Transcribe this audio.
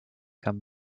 come